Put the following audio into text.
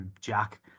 Jack